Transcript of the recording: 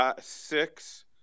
six